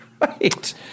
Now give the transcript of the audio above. Right